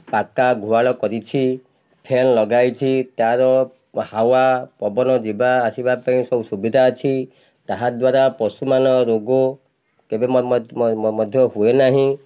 ପାକା ଗୁହାଳ କରିଛି ଫ୍ୟାନ୍ ଲଗାଇଛି ତାର ହାୱା ପବନ ଯିବା ଆସିବା ପାଇଁ ସବୁ ସୁବିଧା ଅଛି ତାହାଦ୍ୱାରା ପଶୁମାନଙ୍କୁ ରୋଗ କେବେ ମଧ୍ୟ ହୁଏ ନାହିଁ